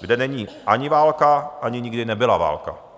kde není ani válka, ani nikdy nebyla válka.